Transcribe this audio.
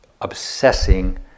obsessing